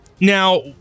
Now